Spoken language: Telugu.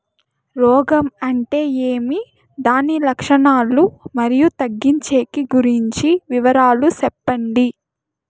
రోగం అంటే ఏమి దాని లక్షణాలు, మరియు తగ్గించేకి గురించి వివరాలు సెప్పండి?